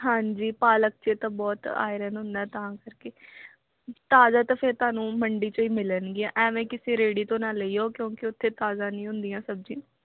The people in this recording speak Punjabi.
ਹਾਂਜੀ ਪਾਲਕ 'ਚ ਤਾਂ ਬਹੁਤ ਆਇਰਨ ਹੁੰਦਾ ਤਾਂ ਕਰਕੇ ਤਾਜ਼ਾ ਤਾਂ ਫਿਰ ਤੁਹਾਨੂੰ ਮੰਡੀ 'ਚ ਹੀ ਮਿਲਣਗੀਆਂ ਐਵੇਂ ਕਿਸੇ ਰੇੜੀ ਤੋਂ ਨਾ ਲਈਓ ਕਿਉਂਕਿ ਉੱਥੇ ਤਾਜ਼ਾ ਨਹੀਂ ਹੁੰਦੀਆਂ ਸਬਜ਼ੀਆਂ